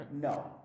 no